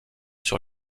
sur